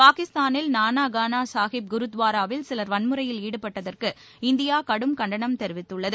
பாகிஸ்தானில் நன்கானா சாகிப் குருத்வாராவில் சிலர் வன்முறையில் ஈடுபட்டதற்கு இந்தியா கடும் கண்டனம் தெரிவித்துள்ளது